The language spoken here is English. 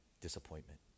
disappointment